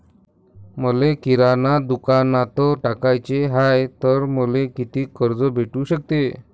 मले किराणा दुकानात टाकाचे हाय तर मले कितीक कर्ज भेटू सकते?